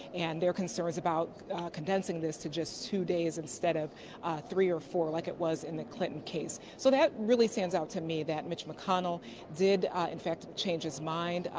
and, their concerns about condensing this to just two days instead of three or four like it was in the clinton case. so, that really out to me that mitch mcconnell did in fact change his mind.